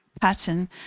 pattern